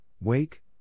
wake